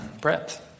Brett